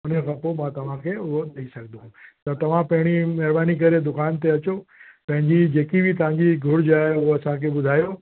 उन खां पोइ मां तव्हांखे उहो ॾई सघंदुमि त तव्हां पहिरीं महिरबानी करे दुकान ते अचो पंहिंजी जेकी बि तव्हांजी घुरिज आहे उहा असांखे ॿुधायो